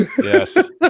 yes